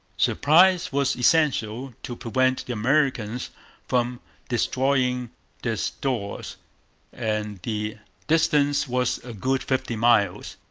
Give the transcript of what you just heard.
surprise was essential, to prevent the americans from destroying their stores and the distance was a good fifty miles.